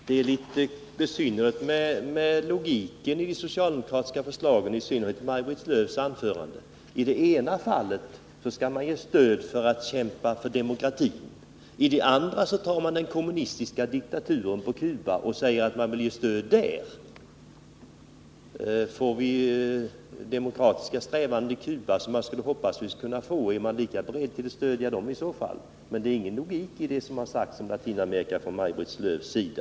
Herr talman! Logiken i de socialdemokratiska förslagen är besynnerlig, och i synnerhet i Maj-Lis Lööws anförande. I det ena fallet skall man ge stöd för att kämpa för demokratin, i det andra fallet vill man ge stöd till den kommunistiska diktaturen på Cuba. Blir det demokratiska strävanden på Cuba —som man hoppas att det skall kunna bli — är man i så fall lika beredd att ge stöd dit? Det finns ingen logik i det som har sagts om Latinamerika från Maj-Lis Lööws sida.